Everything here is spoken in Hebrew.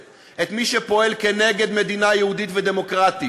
את מי שפועל נגד מדינה יהודית ודמוקרטית,